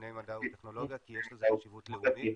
לענייני מדע וטכנולוגיה כי יש לזה חשיבות לאומית.